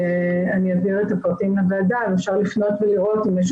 אני אעביר את הפרטים לוועדה אבל אפשר לפנות ולראות אם יש